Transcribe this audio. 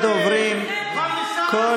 יש לנו בעיה עם אנשים כמוך, תומכי טרור.